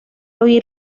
oír